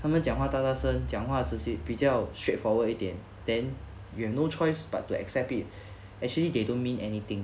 他们讲话大大声讲话只是比较 straight forward 一点 then you have no choice but to accept it actually they don't mean anything